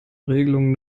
regelungen